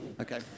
Okay